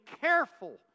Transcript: careful